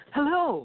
Hello